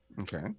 Okay